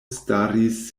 staris